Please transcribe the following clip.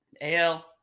AL